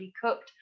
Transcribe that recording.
cooked